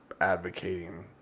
Advocating